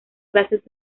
clases